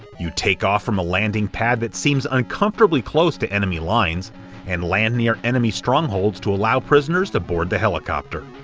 you take off from a landing pad that seems uncomfortably close to enemy lines and land near enemy strongholds to allow prisoners to board the helicopter.